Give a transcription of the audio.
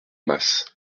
masse